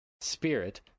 spirit